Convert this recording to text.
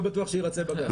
לא בטוח שהוא מרצה בג"ץ.